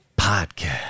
Podcast